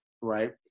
right